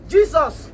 Jesus